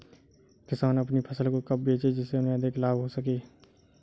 किसान अपनी फसल को कब बेचे जिसे उन्हें अधिक लाभ हो सके?